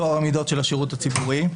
טוהר המידות של השירות הציבורי,